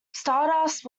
stardust